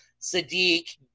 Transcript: Sadiq